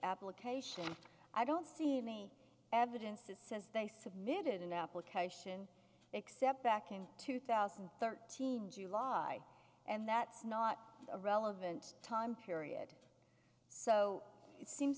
application i don't see any evidence is says they submitted an application except back in two thousand and thirteen july and that's not a relevant time period so it seems